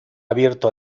abierto